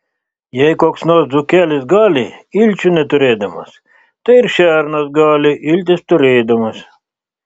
jei koks nors dzūkelis gali ilčių neturėdamas tai ir šernas gali iltis turėdamas